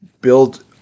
build